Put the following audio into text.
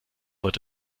wird